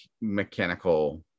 mechanical